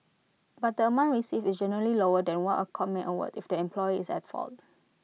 but the amount received is generally lower than what A court may award if the employer is at fault